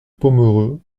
pomereux